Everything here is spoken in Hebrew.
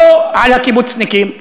לא על הקיבוצניקים,